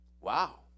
Wow